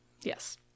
yes